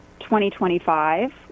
2025